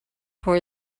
for